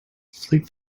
flick